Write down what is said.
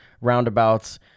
roundabouts